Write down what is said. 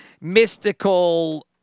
mystical